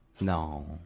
No